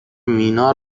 مینا